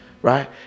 Right